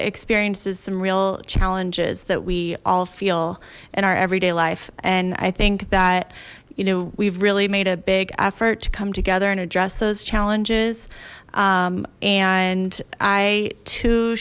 experiences some real challenges that we all feel in our everyday life and i think that you know we've really made a big effort to come together and address those challenges and i to